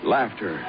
Laughter